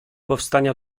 powstania